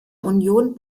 union